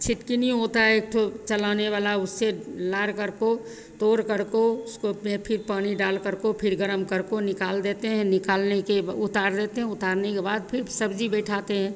छिटकिनी होती है एक ठो चलाने वाला उससे लारकर को तोड़कर को उसको फिर पानी डालकर को फिर गरम करको निकाल देते हैं निकालने के उतार देते हैं उतारने के बाद फिर सब्ज़ी बैठाते हैं